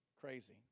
Crazy